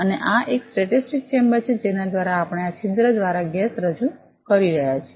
અને આ એક સ્ટેટિક્સચેમ્બર છે જેના દ્વારા આપણે આ છિદ્ર દ્વારા ગેસ રજૂ કરી રહ્યા છીએ